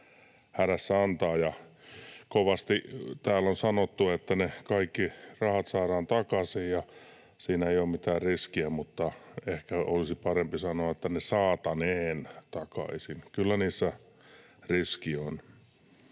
täällä on sanottu, että ne kaikki rahat saadaan takaisin ja siinä ei ole mitään riskiä. Mutta ehkä olisi parempi sanoa, että ne ”saataneen” takaisin. Kyllä niissä riski on.